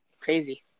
crazy